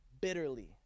bitterly